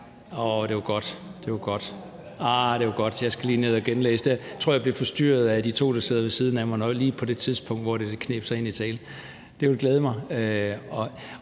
Åh, det var godt. Arh, det var godt. Så skal jeg lige ned og genlæse det her. Jeg tror, at jeg blev forstyrret af de to, der sidder ved siden af mig, lige på det tidspunkt, hvor det kneb sig ind i talen. Det vil glæde mig.